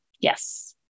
Yes